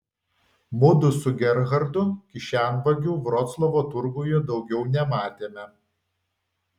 mudu su gerhardu kišenvagių vroclavo turguje daugiau nematėme